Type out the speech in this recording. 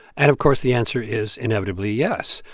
and, of course, the answer is inevitably yes.